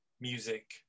music